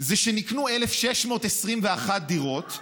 הם שנקנו 1,621 דירות,